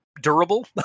durable